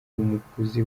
umuguzi